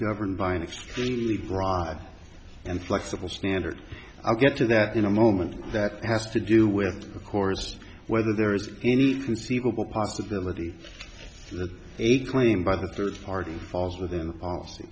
governed by an extremely broad and flexible standard i'll get to that in a moment that has to do with of course whether there is any conceivable possibility that a claim by the third party falls within the policy